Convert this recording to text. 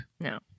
No